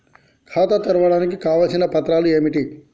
ఖాతా తెరవడానికి కావలసిన పత్రాలు ఏమిటి?